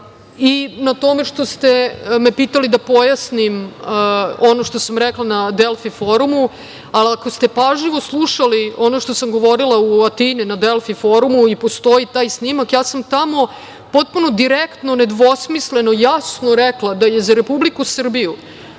i na tome što ste me pitali da pojasnim ono što sam rekla na „Delfi“ forumu, ali ako ste pažljivo slušali ono što sam govorila u Atini na „Delfi“ forumu i postoji taj snimak, ja sam tamo potpuno direktno, nedvosmisleno, jasno rekla da je za Republiku Srbiju